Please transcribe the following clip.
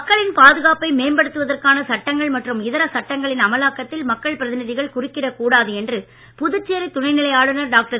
மக்களின் பாதுகாப்பை மேம்படுத்துவதற்கான சட்டங்கள் மற்றும் இதர சட்டங்களின் அமலாக்கத்தில் மக்கள் பிரதிநிதிகள் குறுக்கிடக் கூடாது என்று புதுச்சேரி துணைநிலை ஆளுனர் டாக்டர்